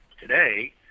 today